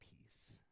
peace